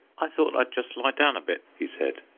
i thought i'd just lie down a bit, he said,